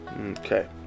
Okay